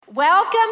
Welcome